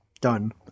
done